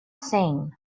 seen